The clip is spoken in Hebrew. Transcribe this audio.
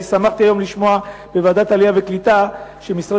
שמחתי היום לשמוע בוועדת העלייה והקליטה שמשרד